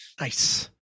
Nice